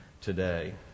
today